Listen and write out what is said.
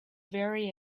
very